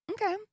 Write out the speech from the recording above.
Okay